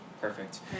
Perfect